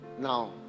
now